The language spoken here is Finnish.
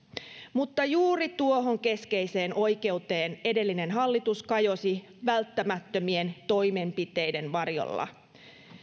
mutta juuri tuohon keskeiseen oikeuteen edellinen hallitus kajosi välttämättömien toimenpiteiden varjolla